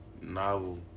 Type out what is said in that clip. novel